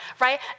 right